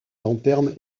lanterne